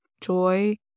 joy